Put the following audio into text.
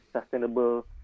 sustainable